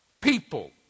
People